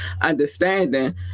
understanding